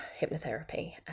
hypnotherapy